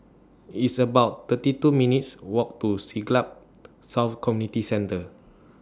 It's about thirty two minutes' Walk to Siglap South Community Centre